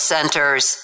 Centers